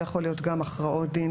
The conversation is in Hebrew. ויכול להיות גם הכרעות דין,